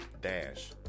Dash